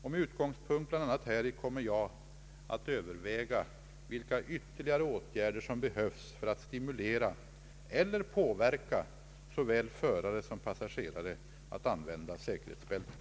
Med utgångspunkt bl.a. häri kommer jag att överväga vilka ytterligare åtgärder som behövs för att stimulera eller påverka såväl förare som passagerare att använda säkerhetsbälten.